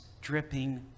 dripping